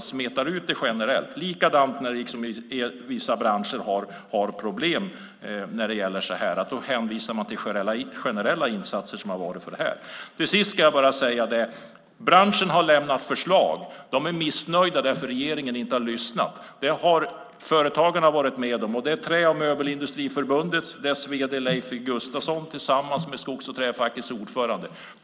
Ni smetar ut det generellt. Likadant är det när vissa branscher har problem. Då hänvisar ni till generella insatser som har gjorts. Till sist ska jag bara säga att branschen har lämnat förslag. De är missnöjda därför att regeringen inte har lyssnat. Det har företagarna varit med om liksom Trä och Möbelindustriförbundets vd Leif Gustafsson tillsammans med Skogs och Träfackets ordförande.